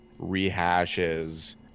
rehashes